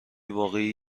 واقعی